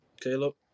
Caleb